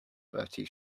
bertie